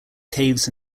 caves